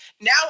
Now